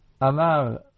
Amar